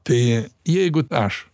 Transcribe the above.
tai jeigu aš